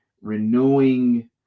renewing